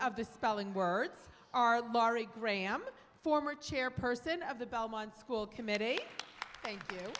of the spelling words are laurie graham former chairperson of the belmont school committee